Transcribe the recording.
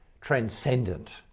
transcendent